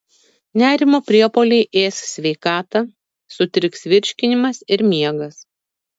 nerimo priepuoliai ės sveikatą sutriks virškinimas ir miegas